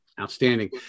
Outstanding